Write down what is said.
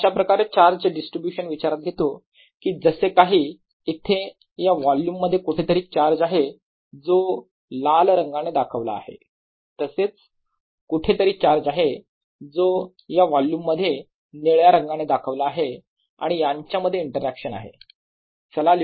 मी अशाप्रकारे charge distribution विचारात घेतो की जसे काही इथे या वोल्युम मध्ये कुठेतरी चार्ज आहे जो लाल रंगाने दाखवला आहे तसेच कुठेतरी चार्ज आहे जो या वोल्युम मध्ये निळ्या रंगाने दाखवला आहे आणि यांच्यामध्ये इंटरॅक्शन आहे